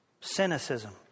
Cynicism